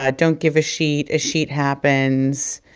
ah don't give escheat. escheat happens.